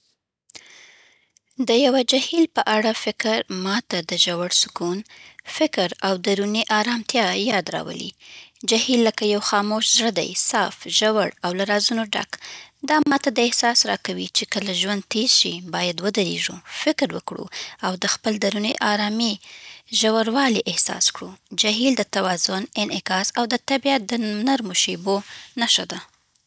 د یوه جهیل په اړه فکر ما ته د ژور سکون، فکر او درونۍ ارامتیا یاد راولي. جهیل لکه یو خاموش زړه دی، صاف، ژور، او له رازونو ډک. دا ما ته دا احساس راکوي چې کله ژوند تیز شي، باید ودرېږو، فکر وکړو، او د خپل دروني ارامۍ ژوروالی احساس کړو. جهیل د توازن، انعکاس او د طبیعت د نرمو شیبو نښه ده.